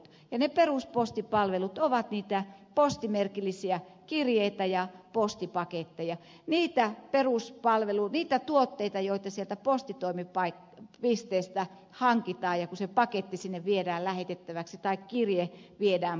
ne peruspostipalvelut ovat niitä postimerkillisiä kirjeitä ja postipaketteja niitä tuotteita joita sieltä postitoimipisteestä hankitaan kun se paketti sinne viedään lähetettäväksi tai kirje viedään postitettavaksi